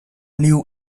new